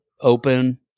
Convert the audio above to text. open